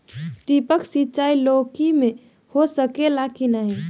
टपक सिंचाई लौकी में हो सकेला की नाही?